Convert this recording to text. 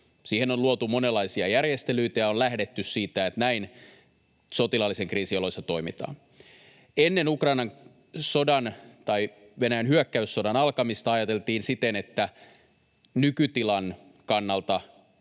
Siihen on luotu monenlaisia järjestelyitä, ja on lähdetty siitä, että näin sotilaallisen kriisin oloissa toimitaan. Ennen Ukrainan sodan, Venäjän hyökkäyssodan alkamista ajateltiin siten, että nykytilan kannalta